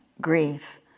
grief